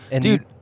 Dude